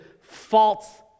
false